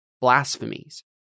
blasphemies